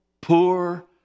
poor